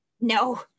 no